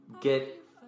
get